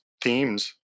themes